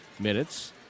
minutes